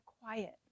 quiet